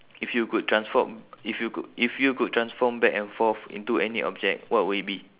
if you could transform if you could if you could transform back and forth into any object what would it be